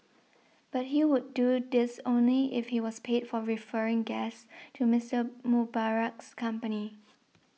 but he would do this only if he was paid for referring guests to Mister Mubarak's company